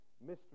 mystery